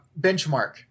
benchmark